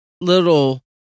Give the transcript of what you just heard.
little